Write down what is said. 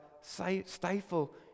stifle